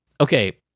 Okay